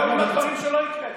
כמו גם עם הדברים שלא הקראת.